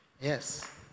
Yes